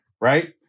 Right